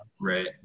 Right